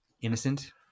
Innocent